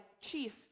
chief